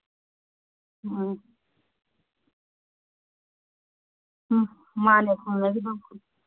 ꯍꯣꯏ ꯍꯧꯖꯤꯛꯁꯦ ꯌꯥꯝ ꯁꯥꯔꯦ ꯑꯗꯣ ꯚꯥꯏ ꯑꯩꯈꯣꯏꯁꯤ ꯄꯨꯟꯈꯤꯗꯕꯁꯨ ꯀꯨꯏꯔꯦ ꯊꯦꯡꯅꯈꯤꯗꯕꯁꯨ ꯀꯨꯏꯔꯦ ꯅꯣꯡꯃ ꯀꯣꯏꯊꯣꯛꯎꯁꯤꯗꯅ